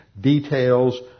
details